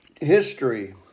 history